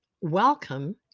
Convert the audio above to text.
Welcome